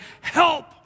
help